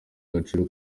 agaciro